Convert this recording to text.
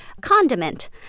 condiment